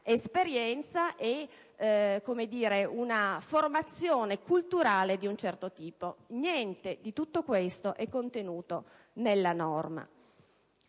esperienza e con una formazione culturale di un certo tipo; niente di tutto ciò è contenuto nella norma.